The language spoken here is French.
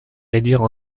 réduire